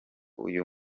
uyu